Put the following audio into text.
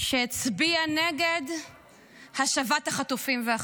שהצביע נגד השבת החטופים והחטופות,